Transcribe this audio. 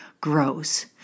grows